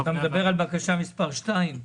אתה מדבר על בקשה מס' 2?